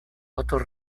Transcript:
otros